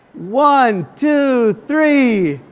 one, two, three.